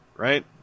Right